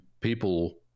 people